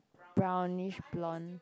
brownish blonde